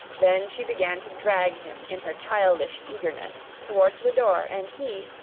then she began to drag him, in her childish eagerness, towards the door and he,